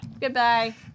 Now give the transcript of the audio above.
Goodbye